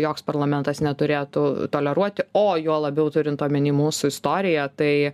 joks parlamentas neturėtų toleruoti o juo labiau turint omeny mūsų istoriją tai